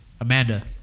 Amanda